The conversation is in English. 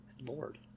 Lord